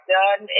done